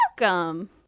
welcome